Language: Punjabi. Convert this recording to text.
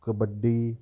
ਕਬੱਡੀ